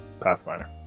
pathfinder